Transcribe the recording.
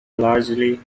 largely